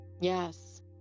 Yes